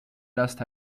last